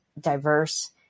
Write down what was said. diverse